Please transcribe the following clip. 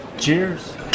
Cheers